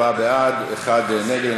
44 בעד, אחד נגד.